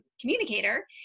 communicator